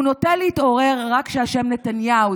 הוא נוטה להתעורר רק כשהשם נתניהו,